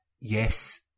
Yes